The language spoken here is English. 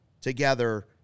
together